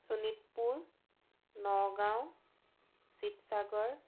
Sonitpur Nagaon Sivasagar